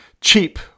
cheap